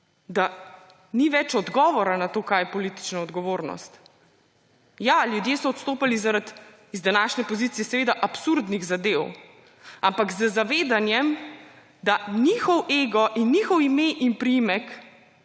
da ni več odgovora na to, kaj je politična odgovornost. Ja, ljudje so odstopali zaradi, z današnje pozicije seveda absurdnih zadev, ampak z zavedanjem, da njihov ego in njihovo ime in priimek